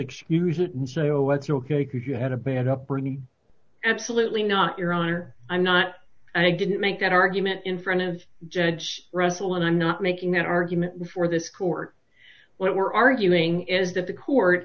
and so that's ok because you had a bad upbringing absolutely not your honor i'm not i didn't make that argument in front of judge russell and i'm not making that argument before this court what we're arguing is that the court